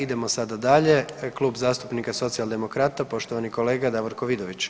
Idemo sada dalje Klub zastupnika Socijaldemokrata poštovani kolega Davorko Vidović.